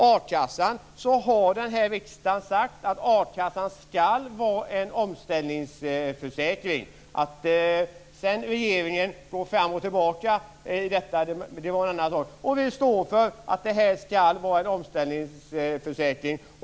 Riksdagen har sagt att a-kassan skall vara en omställningsförsäkring. Att sedan regeringen går fram och tillbaka i frågan är en annan sak. Vi står för att den skall vara en omställningsförsäkring.